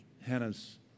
Hannah's